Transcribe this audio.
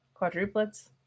quadruplets